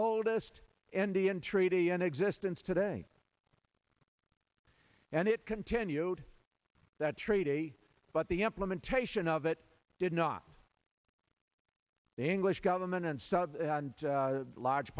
oldest indian treaty in existence today and it continued that treaty but the implementation of it did not the english government and south and large